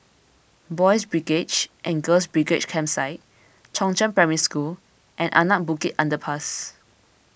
Boys' Brigade and Girls' Brigade Campsite Chongzheng Primary School and Anak Bukit Underpass